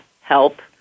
help